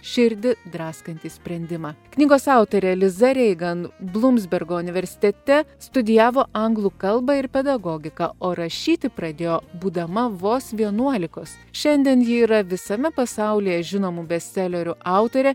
širdį draskantį sprendimą knygos autorė liza reigan blumsbergo universitete studijavo anglų kalbą ir pedagogiką o rašyti pradėjo būdama vos vienuolikos šiandien ji yra visame pasaulyje žinomų bestselerių autorė